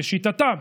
לשיטתם,